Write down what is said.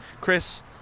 Chris